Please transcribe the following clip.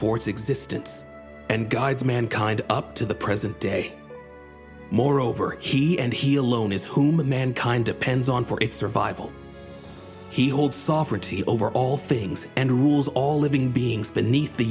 its existence and guides mankind up to the present day moreover he and he alone is who mankind depends on for its survival he holds software to over all things and rules all living being